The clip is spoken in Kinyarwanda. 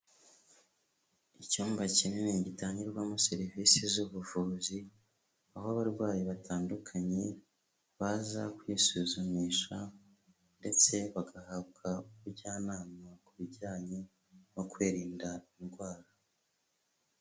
Icyumba kinini gitangirwamo serivisi z'ubuvuzi, aho abarwayi batandukanye baza kwisuzumisha ndetse bagahabwa ubujyanama ku bijyanye no kwirinda indwara.